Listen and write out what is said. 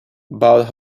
about